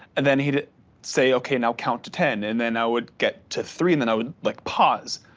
and then he say, okay, now count to ten. and then i would get to three, and then i would like pause,